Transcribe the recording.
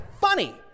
funny